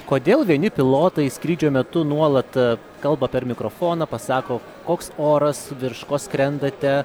kodėl vieni pilotai skrydžio metu nuolat kalba per mikrofoną pasako koks oras virš ko skrendate